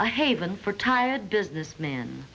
i haven for tired business man